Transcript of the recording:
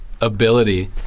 ability